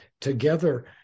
together